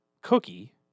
cookie